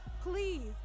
please